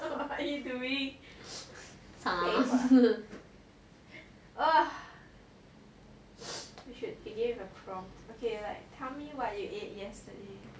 what are you doing ah we should begin the prompt okay like tell me what you ate yesterday